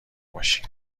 باشی